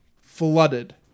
flooded